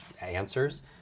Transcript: answers